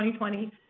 2020